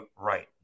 right